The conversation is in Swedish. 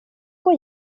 att